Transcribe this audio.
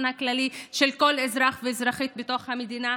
הכללי של כל אזרח ואזרחית בתוך המדינה.